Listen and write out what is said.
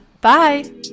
Bye